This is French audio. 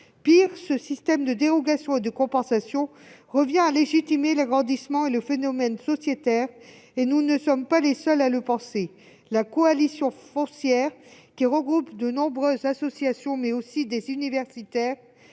Pis, ce système de dérogations et de compensations revient à légitimer l'agrandissement et le phénomène sociétaire. Nous ne sommes pas les seuls à le penser. La Coalition foncière, qui regroupe de nombreuses associations, mais aussi des universitaires,